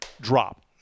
Drop